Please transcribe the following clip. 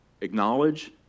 acknowledge